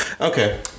Okay